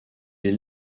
les